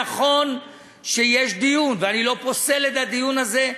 נכון שיש דיון, ואני לא פוסל את הדיון הזה.